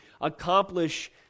accomplish